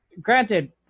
granted